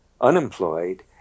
unemployed